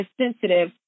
sensitive